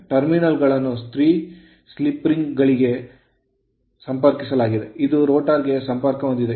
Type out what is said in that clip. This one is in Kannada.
ಟರ್ಮಿನಲ್ ಗಳನ್ನು 3 ಸ್ಲಿಪ್ ರಿಂಗ್ ಗಳಿಗೆ ಸಂಪರ್ಕಿಸಲಾಗಿದೆ ಇದು rotor ಗೆ ಸಂಪರ್ಕಹೊಂದಿದೆ